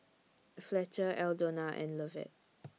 Fletcher Aldona and Lovett